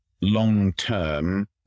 long-term